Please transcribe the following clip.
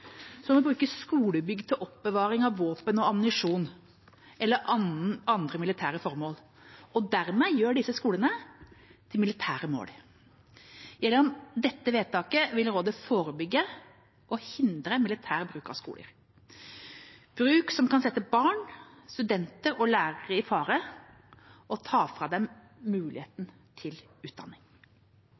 bruke skolebygg til oppbevaring av våpen og ammunisjon eller andre militære formål, og dermed gjøre disse skolene til militære mål. Gjennom dette vedtaket vil rådet forebygge og hindre militær bruk av skoler, bruk som kan sette barn, studenter og lærere i fare og ta fra dem mulighetene til utdanning.